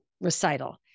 recital